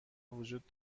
وجود